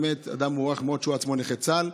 הוא באמת אדם מוערך מאוד שהוא בעצמו נכה צה"ל.